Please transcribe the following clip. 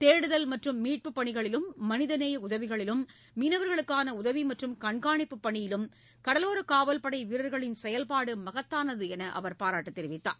தேடுதல் மற்றும் மீட்புப் பணிகளிலும் மனிதநேய உதவி மீனவர்களுக்கான உதவி மற்றும் கண்காணிப்பு பணியிலும் கடலோரக் காவல்படை வீரர்களின் செயல்பாடு மகத்தானது என்று பாராட்டு தெரிவித்தார்